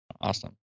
Awesome